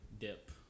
dip